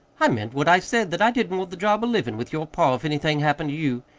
i meant what i said that i didn't want the job of livin' with your pa if anything happened to you.